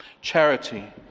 Charity